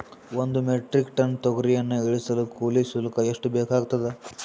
ಒಂದು metric ton ತೊಗರಿಯನ್ನು ಇಳಿಸಲು ಕೂಲಿ ಶುಲ್ಕ ಎಷ್ಟು ಬೇಕಾಗತದಾ?